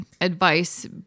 advice